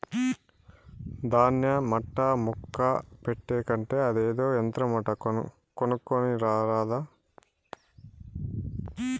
దాన్య మట్టా ముక్క పెట్టే కంటే అదేదో యంత్రమంట కొనుక్కోని రారాదా